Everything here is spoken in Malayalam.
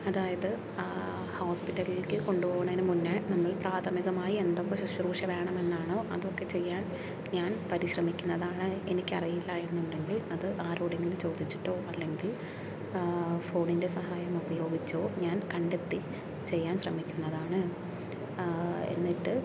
അതായത് ഹോസ്പിറ്റലിലേക്ക് കൊണ്ടു പോണേന് മുന്നേ നമ്മൾ പ്രാഥമികമായി എന്തൊക്കെ സുശ്രൂഷ വേണമെന്ന് ആണോ അതൊക്കെ ചെയ്യാൻ ഞാൻ പരിശ്രമിക്കുന്നതാണ് എനിക്കറിയില്ല എന്നുണ്ടെങ്കിൽ അത് ആരോടെങ്കിലും ചോദിച്ചിട്ടോ അല്ലെങ്കിൽ ഫോണിൻ്റെ സഹായം ഉപയോഗിച്ചോ ഞാൻ കണ്ടെത്തി ചെയ്യാൻ ശ്രമിക്കുന്നതാണ് എന്നിട്ട്